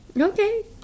Okay